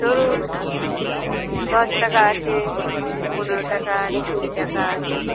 ধরুন দশ টাকা আছে পনেরো টাকা আ কুড়ি টাকা আছে